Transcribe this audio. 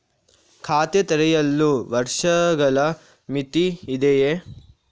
ಖಾತೆ ತೆರೆಯಲು ವರ್ಷಗಳ ಮಿತಿ ಇದೆಯೇ?